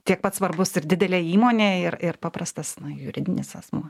tiek pat svarbus ir didelė įmonė ir ir paprastas juridinis asmuo